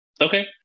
Okay